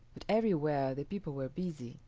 but everywhere the people were busy.